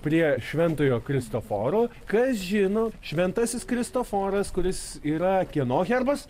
prie šventojo kristoforo kas žino šventasis kristoforas kuris yra kieno herbas